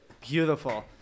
beautiful